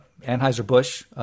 Anheuser-Busch